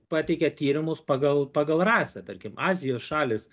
pateikę tyrimus pagal pagal rasę tarkim azijos šalys